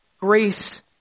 grace